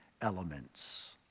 elements